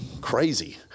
crazy